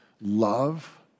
love